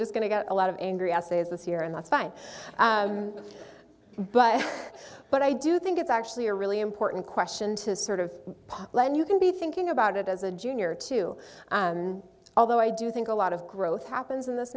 just going to get a lot of angry essays this year and that's fine but but i do think it's actually a really important question to sort of lend you can be thinking about it as a junior too although i do think a lot of growth happens in this